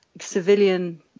civilian